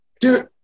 dude